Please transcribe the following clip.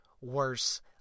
worse